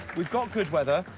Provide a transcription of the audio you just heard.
we've got good weather,